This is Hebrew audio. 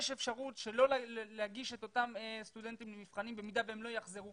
יש אפשרות שלא להגיש את אותם הסטודנטים למבחנים במידה והם לא יחזרו.